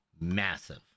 massive